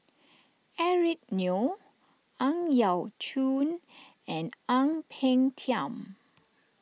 Eric Neo Ang Yau Choon and Ang Peng Tiam